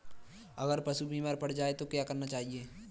अगर पशु बीमार पड़ जाय तो क्या करना चाहिए?